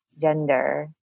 gender